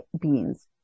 beans